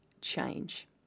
change